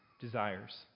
desires